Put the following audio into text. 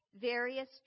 various